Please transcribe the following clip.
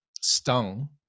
stung